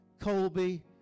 Colby